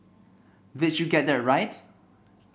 did you get that right